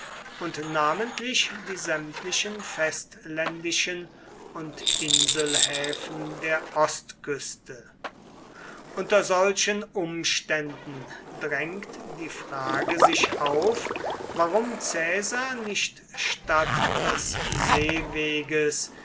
und namentlich die sämtlichen festländischen und inselhäfen der ostküste unter solchen umständen drängt die frage sich auf warum caesar nicht statt des seeweges